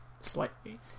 slightly